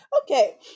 Okay